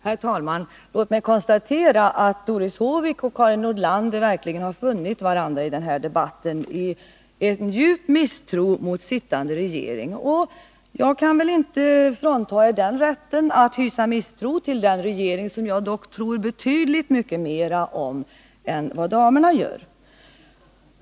Herr talman! Låt mig konstatera att Doris Håvik och Karin Nordlander verkligen har funnit varandra i den här debatten i en djup misstro mot sittande regering. Jag kan väl inte frånta er rätten att hysa misstro till den regering som jag dock tror betydligt mera om än vad damerna gör.